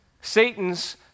Satan's